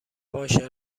باشه